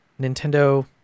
Nintendo